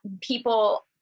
people